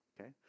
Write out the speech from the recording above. Okay